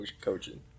coaching